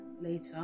later